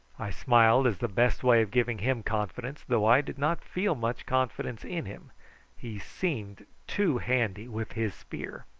i smiled as the best way of giving him confidence, though i did not feel much confidence in him he seemed too handy with his spear.